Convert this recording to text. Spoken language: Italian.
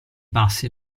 passi